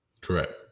Correct